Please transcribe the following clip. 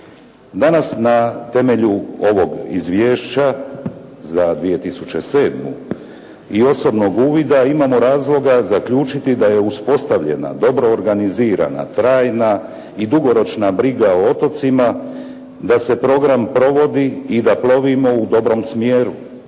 Danas na temelju ovog izvješća za 2007. i osobnog uvida imamo razloga zaključiti da je uspostavljena dobro organizirana trajna i dugoročna briga o otocima, da se program provodi i da plovimo u dobrom smjeru.